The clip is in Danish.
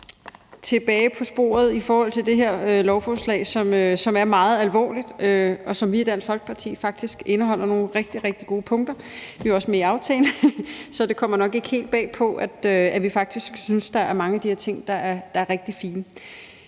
Tilbage på sporet vil jeg i forhold til det her lovforslag, som er meget alvorligt, og som vi i Dansk Folkeparti faktisk synes indeholder nogle rigtig, rigtig gode punkter, og vi er også med i aftalen, så det kommer nok ikke helt bag på nogen, sige, at vi faktisk synes, at der er mange af de her ting, der er rigtig fine.